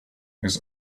his